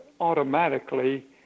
automatically